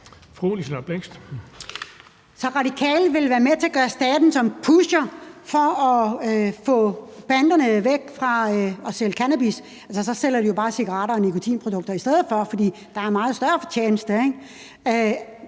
Radikale vil være med til at gøre staten til pusher for at få banderne væk fra at sælge cannabis? Så sælger de jo bare cigaretter og nikotinprodukter i stedet for, for der er en meget større fortjeneste.